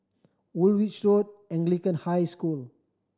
Woolwich Road Anglican High School